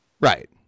Right